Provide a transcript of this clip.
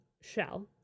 shell